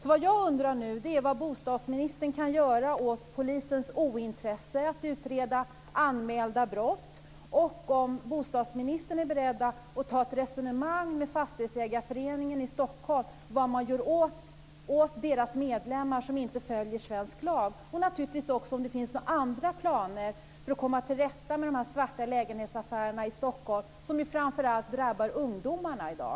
Vad jag nu undrar är vad bostadsministern kan göra åt polisens ointresse av att utreda anmälda brott, om bostadsministern är beredd att ta ett resonemang med Fastighetsägareföreningen i Stockholm om vad man gör åt deras medlemmar som inte följer svensk lag samt naturligtvis om det finns några andra planer för att komma till rätta med de svarta lägenhetsaffärerna i Stockholm, som framför allt drabbar ungdomar i dag.